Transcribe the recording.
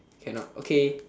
cannot okay